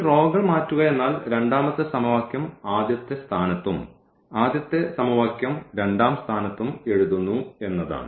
ഈ റോകൾ മാറ്റുക എന്നാൽ രണ്ടാമത്തെ സമവാക്യം ആദ്യത്തെ സ്ഥാനത്തും ആദ്യത്തെ സമവാക്യം രണ്ടാം സ്ഥാനത്തും എഴുതുന്നു എന്നതാണ്